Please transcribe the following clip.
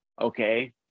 okay